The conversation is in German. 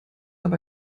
aber